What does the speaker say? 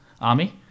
army